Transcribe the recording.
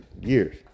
years